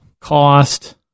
Cost